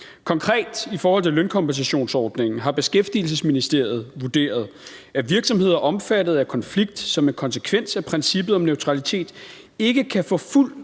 Konkret i forhold til lønkompensationsordningen har Beskæftigelsesministeriet vurderet, at virksomheder omfattet af konflikt som en konsekvens af princippet om neutralitet ikke kan få fuld